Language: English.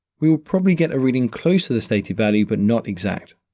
we will probably get a reading close to the stated value but not exact.